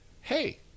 Hey